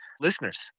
listeners